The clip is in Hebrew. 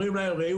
שלום לכולם.